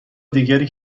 دیگری